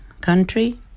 country